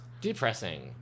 Depressing